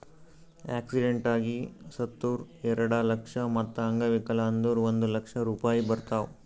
accident ಆಗಿ ಸತ್ತುರ್ ಎರೆಡ ಲಕ್ಷ, ಮತ್ತ ಅಂಗವಿಕಲ ಆದುರ್ ಒಂದ್ ಲಕ್ಷ ರೂಪಾಯಿ ಬರ್ತಾವ್